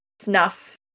snuff